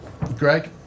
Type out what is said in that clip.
Greg